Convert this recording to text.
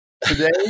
today